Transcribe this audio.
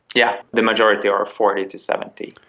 yeah the majority are are forty to seventy.